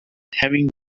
having